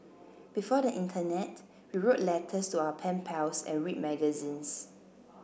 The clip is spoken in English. before the internet we wrote letters to our pen pals and read magazines